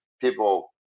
people